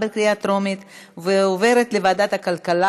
לוועדת הכלכלה